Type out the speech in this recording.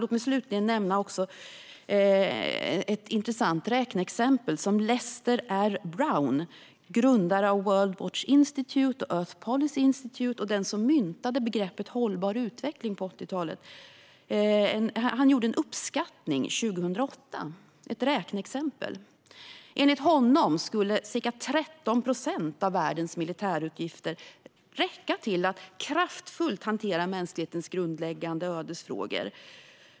Låt mig nämna ett intressant räkneexempel från Lester R. Brown, grundare av Worldwatch Institute och Earth Policy Institute och den som myntade begreppet "hållbar utveckling" på 80-talet. Han gjorde 2008 uppskattningen att ca 13 procent av världens militärutgifter skulle räcka till att kraftfullt hantera mänsklighetens grundläggande ödesfrågor.